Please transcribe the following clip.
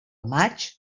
maig